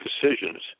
decisions